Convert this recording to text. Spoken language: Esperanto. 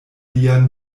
lia